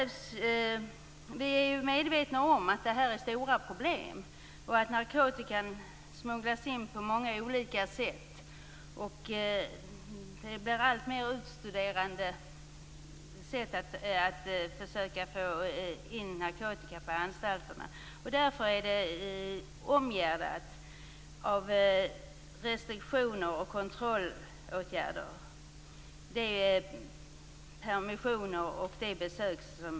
Vi är medvetna om att det här är stora problem och att narkotika smugglas in på många olika sätt. Det blir alltmer utstuderade sätt att försöka få in narkotika på anstalterna. Därför är de permissioner och de besök som godkänns omgärdade av restriktioner och kontrollåtgärder.